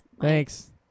Thanks